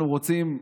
אנחנו רוצים,